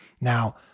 Now